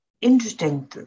interesting